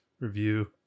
review